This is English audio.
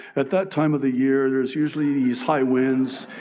at that time of the year there's usually these high winds,